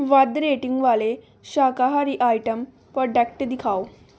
ਵੱਧ ਰੇਟਿੰਗ ਵਾਲੇ ਸ਼ਾਕਾਹਾਰੀ ਆਇਟਮਸ ਪ੍ਰੋਡਕਟ ਦਿਖਾਓ